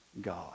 God